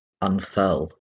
unfurl